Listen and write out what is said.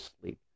sleep